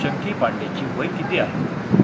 चंकी पांडेची वय किती आहे